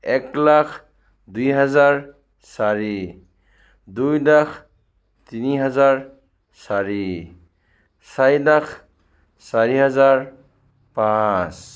এক লাখ দুই হাজাৰ চাৰি দুই লাখ তিনি হাজাৰ চাৰি চাৰি লাখ চাৰি হাজাৰ পাঁচ